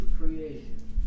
creation